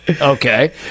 Okay